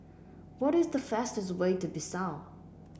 what is the fastest way to Bissau